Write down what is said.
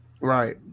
right